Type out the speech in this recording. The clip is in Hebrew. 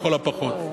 לכל הפחות.